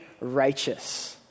righteous